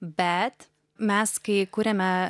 bet mes kai kuriame